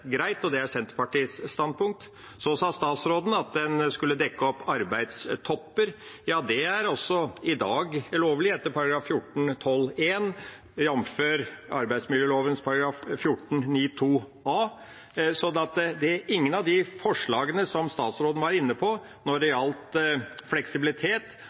greit, og det er Senterpartiets standpunkt. Så sa statsråden at en skulle dekke opp arbeidstopper. Det er også i dag lovlig etter § 14-12 , jf. arbeidsmiljøloven § 14-9 a. Så ingen av de forslagene som statsråden var inne på når det gjaldt fleksibilitet,